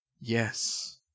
Yes